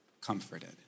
comforted